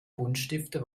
buntstifte